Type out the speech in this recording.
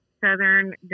southern